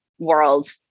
World